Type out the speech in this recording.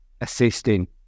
assisting